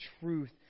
truth